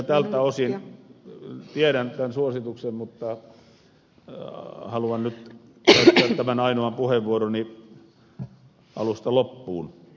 tiedän tämän suosituksen mutta haluan nyt käyttää tämän ainoan puheenvuoroni alusta loppuun